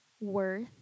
worth